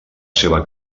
seva